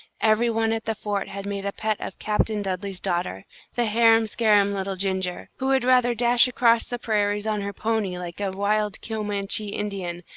every one at the fort had made a pet of captain dudley's daughter the harum-scarum little ginger who would rather dash across the prairies on her pony, like a wild comanche indian,